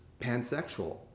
pansexual